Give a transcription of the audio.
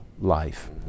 life